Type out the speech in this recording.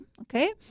Okay